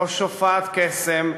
כה שופעת קסם,